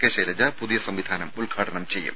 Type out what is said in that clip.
K Shailaja പുതിയ സംവിധാനം ഉദ്ഘാടനം ചെയ്യും